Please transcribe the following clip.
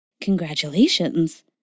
Congratulations